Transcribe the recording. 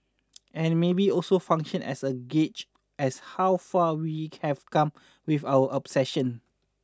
and maybe also function as a gauge as how far we have come with our obsession